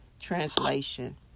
translation